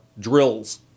drills